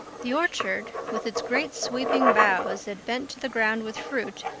the orchard, with its great sweeping boughs that bent to the ground with fruit,